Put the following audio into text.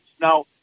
Now